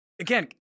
again